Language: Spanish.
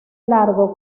largo